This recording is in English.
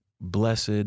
Blessed